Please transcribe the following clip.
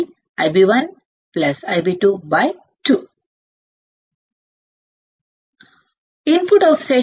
input offset current ఏమిటో మీరు ఈ విధంగా లెక్కించవచ్చు ఇన్పుట్ ఆఫ్సెట్ కరెంట్ అంటే ఏమిటి